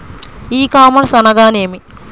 ఈ కామర్స్ అనగానేమి?